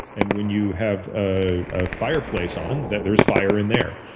and when you have a fireplace on, there's fire in there.